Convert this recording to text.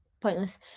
pointless